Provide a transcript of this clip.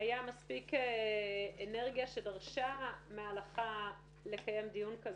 היה מספיק אנרגיה שדרשה מההלכה לקיים דיון כזה.